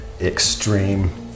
extreme